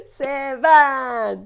seven